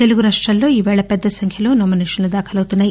తెలుగు రాష్ట్రాల్లో ఈరోజు పెద్ద సంఖ్యలో నామినేషన్లు దాఖలౌతున్నాయి